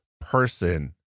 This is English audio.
person